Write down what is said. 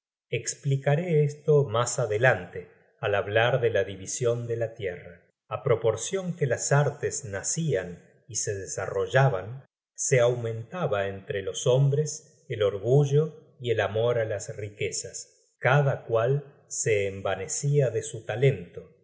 esplicaré esto mas adelante al hablar de la division de la tierra a proporcion que las artes nacian y se desarrollaban se aumentaba entre los hombres el orgullo y el amor á las riquezas cada cual se envanecia de su talento